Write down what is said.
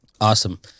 Awesome